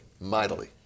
mightily